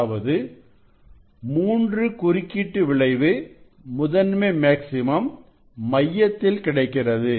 அதாவது 3 குறுக்கீட்டு விளைவு முதன்மை மேக்ஸிமம் மையத்தில் கிடைக்கிறது